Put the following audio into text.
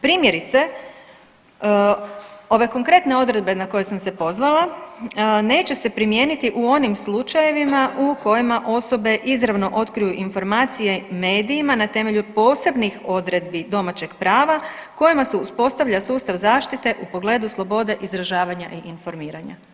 Primjerice, ove konkretne odredbe na koje sam se pozvala neće se primijeniti u onim slučajevima u kojima osobe izravno otkriju informacije medijima na temelju posebnih odredbi domaćeg prava kojima se uspostavlja sustav zaštite u pogledu slobode izražavanja i informiranja.